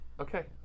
Okay